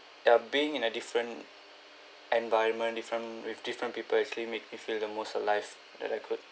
that being in a different environment different with different people actually make you feel the most alive that I could